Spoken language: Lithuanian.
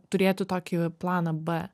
turėti tokį planą b